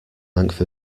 length